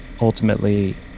ultimately